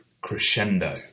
crescendo